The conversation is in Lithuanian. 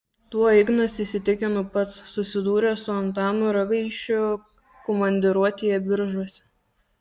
tuo ignas įsitikino pats susidūręs su antanu ragaišiu komandiruotėje biržuose